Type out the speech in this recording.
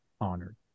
honored